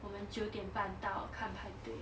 我们九点半到看排队